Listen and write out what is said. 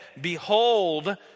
Behold